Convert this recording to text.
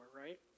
right